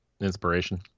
inspiration